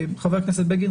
חבר הכנסת בגין,